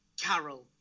Carol